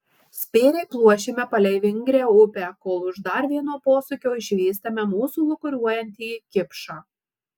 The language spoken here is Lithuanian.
spėriai pluošiame palei vingrią upę kol už dar vieno posūkio išvystame mūsų lūkuriuojantį kipšą